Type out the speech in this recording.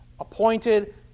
appointed